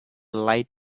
light